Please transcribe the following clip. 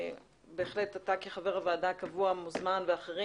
בהחלט אתה כחבר ועדה קבוע מוזמן ואחרים,